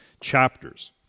chapters